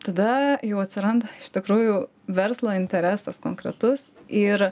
tada jau atsiranda iš tikrųjų verslo interesas konkretus ir